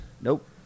Nope